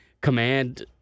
command